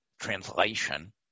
translation